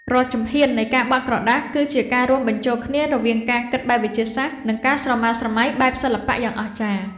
រាល់ជំហាននៃការបត់ក្រដាស គឺជាការរួមបញ្ចូលគ្នារវាងការគិតបែបវិទ្យាសាស្ត្រ និងការស្រមើស្រមៃបែបសិល្បៈយ៉ាងអស្ចារ្យ។